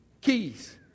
keys